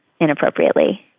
inappropriately